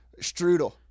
Strudel